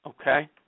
Okay